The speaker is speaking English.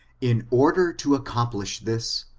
in order to accomplish this,